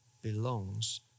belongs